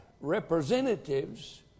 representatives